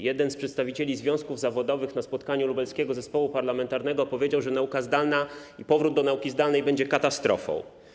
Jeden z przedstawicieli związków zawodowych na spotkaniu Lubelskiego Zespołu Parlamentarnego powiedział, że nauka zdalna i powrót do nauki zdalnej będzie katastrofą.